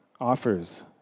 offers